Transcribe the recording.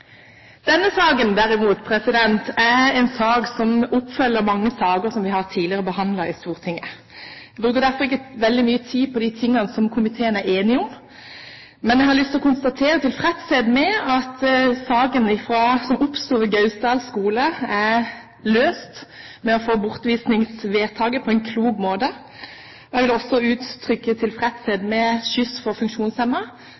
Denne saken, derimot, er en sak som er en oppfølging av mange saker som vi tidligere har behandlet i Stortinget. Jeg bruker derfor ikke veldig mye tid på det tingene som komiteen er enig om. Men jeg har lyst til å konstatere med tilfredshet at saken som oppsto ved Gausdal videregående skole, er løst på en klok måte ved bortvisningsvedtaket. Jeg vil også